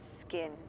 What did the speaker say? skin